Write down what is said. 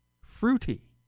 Fruity